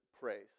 praise